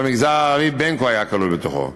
שהמגזר הערבי ממילא היה כלול בתוכו.